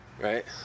Right